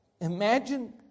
imagine